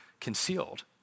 concealed